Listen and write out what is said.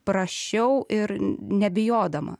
prašiau ir nebijodama